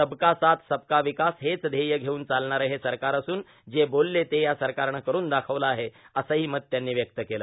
सबका साथ सबका र्वकास हेच ध्येय घेऊन चालणारे हे सरकार असून जे बोलले ते या सरकारनं करून दाखवलं आहे असेहां मत त्यांनी व्यक्त केले